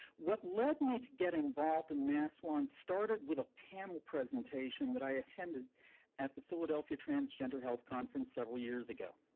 what led me to get involved in maswan started with panel presentation that i attended at the philadelphia transgender health conference several years ago.